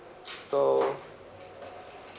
so